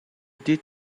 did